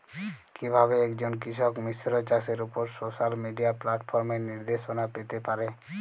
কিভাবে একজন কৃষক মিশ্র চাষের উপর সোশ্যাল মিডিয়া প্ল্যাটফর্মে নির্দেশনা পেতে পারে?